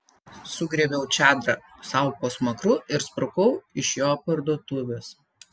sugriebiau čadrą sau po smakru ir sprukau iš jo parduotuvės